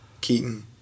Keaton